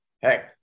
Hey